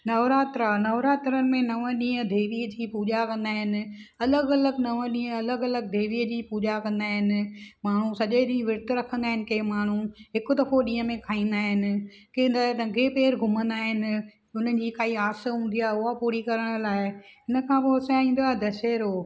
नवरात्रा नवरात्रनि में नव ॾींहं देवीअ जी पूॼा कंदा आहिनि अलॻि अलॻि नव ॾींहं अलॻि अलॻि देवीअ जी पूॼा कंदा आहिनि माण्हू सॼे ॾींहुं विर्तु रखंदा आहिनि के माण्हू हिकु दफ़ो ॾींहं में खाईंदा आहिनि के त नंगे पैर घुमंदा आहिनि हुननि जी काई आस हूंदी आहे उहो पूरी करण लाइ हिनखां पोइ असांजी ईंदो आहे दसहिड़ो